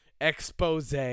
expose